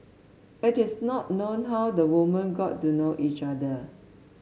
it is not known how the women got to know each other